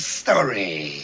story